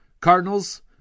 Cardinals –